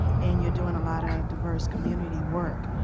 and you're doing a lot of diverse community work,